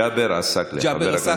ג'אבר עסאקלה.